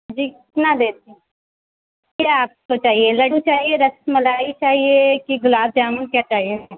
جی کتنا دے دیں کیا آپ کو چاہیے لڈو چاہیے رس ملائی چاہیے کہ گلاب جامن کیا چاہیے